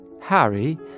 Harry